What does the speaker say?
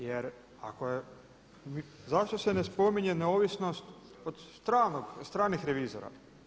Jer ako je, zašto se ne spominje neovisnost od stranih revizora?